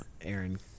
Aaron